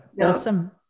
awesome